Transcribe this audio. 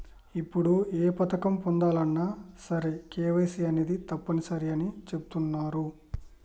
ఇప్పుడు ఏ పథకం పొందాలన్నా సరే కేవైసీ అనేది తప్పనిసరి అని చెబుతున్నరు